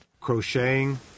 crocheting